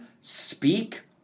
speak